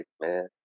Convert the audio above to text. man